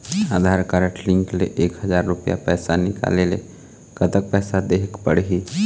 आधार card link ले एक हजार रुपया पैसा निकाले ले कतक पैसा देहेक पड़ही?